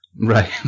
Right